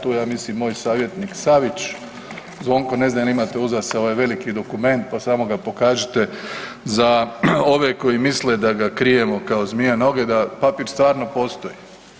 Tu je ja mislim moj savjetnik Savić Zvonko, ne znam jel imate uza se ovaj veliki dokument pa samo ga pokažite za ove koji misle da ga krijemo kao zmija noge, da papir stvarno postoji.